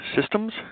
systems